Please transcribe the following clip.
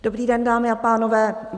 Dobrý den, dámy a pánové.